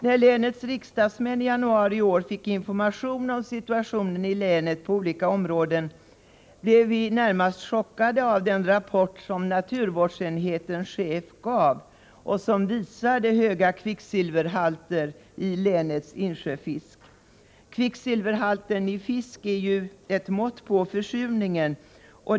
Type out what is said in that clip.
När länets riksdagsmän i januari i år fick information om situationen i länet på olika områden blev vi närmast chockade av den rapport som naturvårdsenhetens chef gav och som visade höga kvicksilverhalter i länets insjöfisk. Kvicksilverhalten i fisk är ju ett mått på försurning.